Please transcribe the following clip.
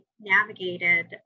navigated